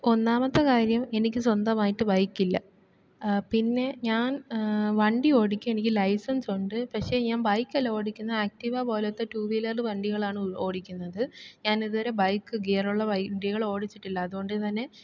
ഒന്നാമത്ത കാര്യം എനിക്ക് സ്വന്തമായിട്ട് ബൈക്ക് ഇല്ല പിന്നെ ഞാൻ വണ്ടി ഓടിക്കും എനിക്ക് ലൈസൻസ് ഉണ്ട് പഷേ ഞാൻ ബൈക്ക് അല്ല ഓടിക്കുന്നത് ആക്റ്റീവ പോലത്തെ ടു വീലർ വണ്ടികളാണ് ഓടിക്കുന്നത് ഞാൻ ഇതുവരെ ബൈക്ക് ഗിയർ ഉള്ള വണ്ടികൾ ഓടിച്ചിട്ടില്ല അതുകൊണ്ട് തന്നെ